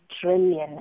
trillion